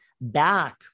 back